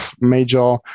major